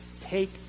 take